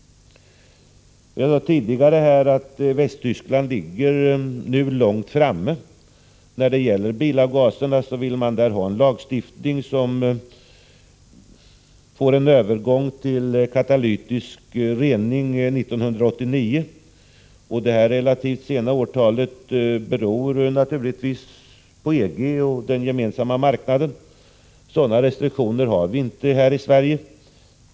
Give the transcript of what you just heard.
Jag sade tidigare att Västtyskland ligger långt framme. När det gäller bilavgaserna vill man där ha en lagstiftning om en övergång till katalytisk rening senast år 1989. Detta relativa sena årtal beror naturligtvis på den gemensamma marknaden, EG. Sådana restriktioner har vi inte här i Sverige.